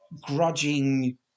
grudging